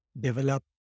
develop